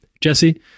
Jesse